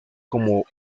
como